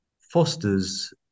fosters